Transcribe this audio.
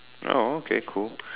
oh okay cool